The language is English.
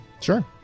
Sure